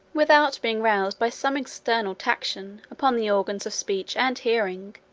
without being roused by some external taction upon the organs of speech and hearing